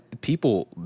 people